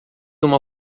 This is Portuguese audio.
uma